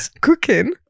cooking